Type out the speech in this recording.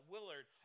Willard